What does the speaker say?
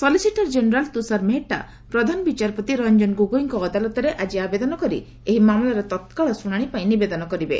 solicitor general Tushar Mehta ପ୍ରଧାନ ବିଚାରପତି ରଞ୍ଜନ ଗୋଗୋଇଙ୍କ ଅଦାଲତରେ ଆକି ଆବେଦନ କରି ଏହି ମାମଲାର ତତ୍କାଳ ଶୁଣାଣି ପାଇଁ ନିବେଦନ କରିବେ